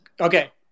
Okay